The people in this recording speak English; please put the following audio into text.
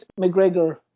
McGregor